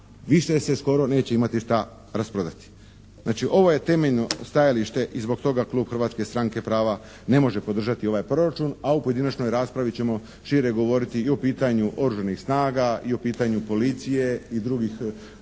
više se skoro neće imati šta rasprodati. Znači ovo je temeljno stajalište i zbog toga Klub Hrvatske stranke prava ne može podržati ovaj Proračun, a u pojedinačnoj raspravi ćemo šire govoriti i o pitanju oružanih snaga i o pitanju policije i drugih